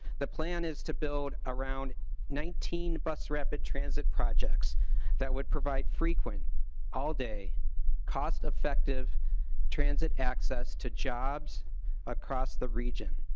the plan is to build around nineteen bus rapid transit projects that would provide frequent all day cost-effective transit access to jobs across the reg ion.